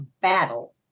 battle